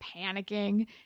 panicking